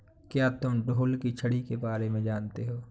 क्या तुम ढोल की छड़ी के बारे में जानते हो?